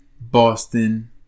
Boston